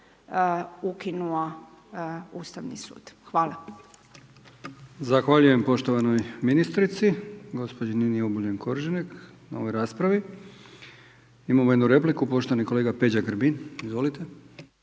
Milijan (HDZ)** Zahvaljujem poštovanoj ministrici gospođi Nini Obuljen Koržinek na ovoj raspravi. Imamo jednu repliku, poštovani kolega Peđa Grbin, izvolite.